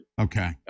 Okay